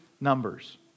numbers